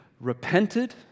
repented